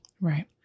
Right